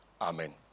Amen